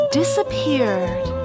disappeared